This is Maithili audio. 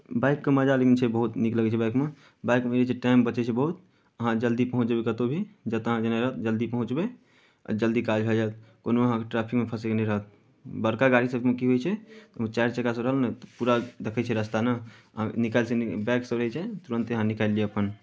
बाइकके मजा लेकिन छै बहुत नीक लगै छै बाइकमे बाइकमे जे छै टाइम बचैत छै बहुत अहाँ जल्दी पहुँच जयबै कतहु भी जतय अहाँकेँ जेनाय रहत जल्दी पहुँचबै आ जल्दी काज भऽ जायत कोनो अहाँकेँ ट्रैफिकमे फँसयके नहि रहत बड़का गाड़ी सभमे की होइत छै ओहिमे चारि चक्कासभ रहल नहि पूरा देखै छियै रास्ता नहि अहाँके निकलते बाइकसभ रहै छै तुरन्ते अहाँ निकालि लिअ अपन